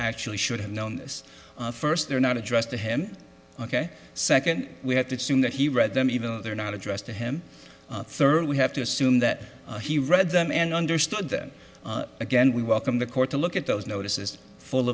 actually should have known this first they're not addressed to him ok second we have to assume that he read them even though they're not addressed to him third we have to assume that he read them and understood that again we welcome the court to look at those notices full